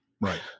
Right